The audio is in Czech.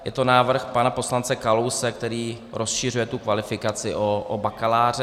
Je to návrh pana poslance Kalouse, který rozšiřuje tu kvalifikaci o bakaláře.